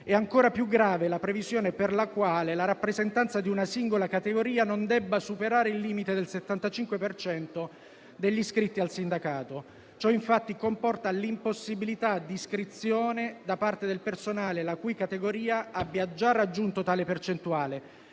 È ancora più grave la previsione per la quale la rappresentanza di una singola categoria non debba superare il limite del 75 per cento degli iscritti al sindacato. Ciò, infatti, comporta l'impossibilità di iscrizione da parte del personale, la cui categoria abbia già raggiunto tale percentuale,